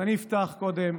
אני אפתח קודם,